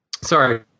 Sorry